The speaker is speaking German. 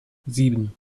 sieben